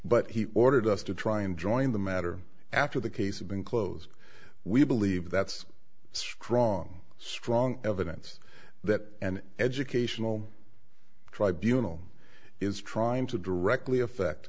but he ordered us to try and join the matter after the case had been closed we believe that's strong strong evidence that an educational tribunals is trying to directly affect